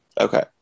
Okay